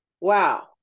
wow